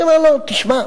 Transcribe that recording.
אני אומר לו: תשמע,